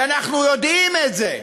ואנחנו יודעים את זה.